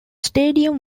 stadium